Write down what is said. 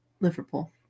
Liverpool